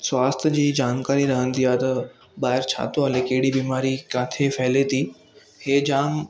स्वास्थ्य जी जानकारी रहंदी आहे त ॿाहिर छा थो हले कहड़ी बिमारी किथे फैले थी हे जाम